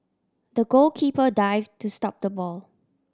the goalkeeper dive to stop the ball